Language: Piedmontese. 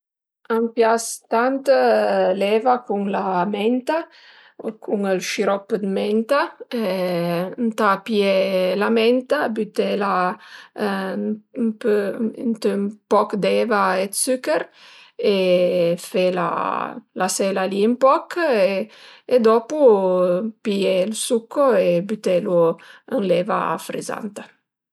A m'pias tant l'eva cun la menta u cun ël scirop 'd menta, ëntà pìé la menta, bütela ën pö ënt ün poch d'eva e dë süchèr e fela lasela li ën poch e dopu pìé ël succo e bütelu ën l'eva frizanta